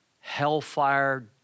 hellfire